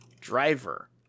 driver